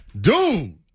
dude